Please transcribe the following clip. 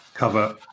cover